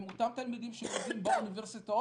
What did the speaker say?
הם אותם תלמידים שלומדים באוניברסיטאות